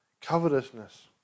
covetousness